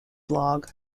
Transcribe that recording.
blog